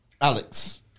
Alex